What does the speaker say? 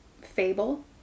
fable